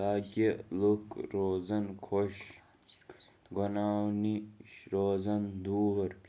تاکہِ لُکھ روزَن خۄش گۄنہٕ ہَو نِش روزَن دوٗر